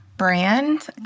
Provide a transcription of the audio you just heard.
brand